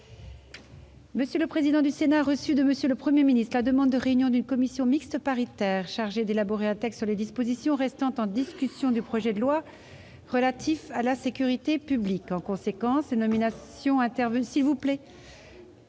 M. le Président du Sénat a reçu de M. le Premier ministre la demande de réunion d'une commission mixte paritaire chargée d'élaborer un texte sur les dispositions restant en discussion du projet de loi relatif à la sécurité publique. En conséquence, les nominations intervenues lors de